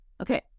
okay